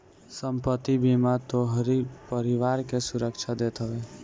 संपत्ति बीमा तोहरी परिवार के सुरक्षा देत हवे